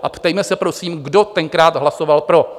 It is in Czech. A ptejme se prosím, kdo tenkrát hlasoval pro.